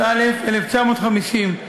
התש"י 1950,